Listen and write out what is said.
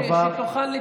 תקשיב כדי שתוכל להתייחס.